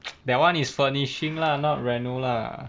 that [one] is furnishing lah not renovation lah